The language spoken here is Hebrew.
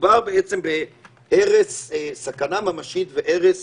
מדובר בעצם בסכנה ממשית ובהרס